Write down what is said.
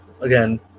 again